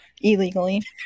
Illegally